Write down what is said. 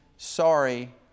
Sorry